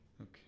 Okay